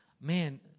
man